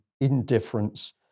indifference